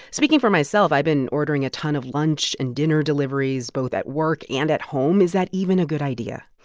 speaking for myself, i've been ordering a ton of lunch and dinner deliveries both at work and at home. is that even a good idea?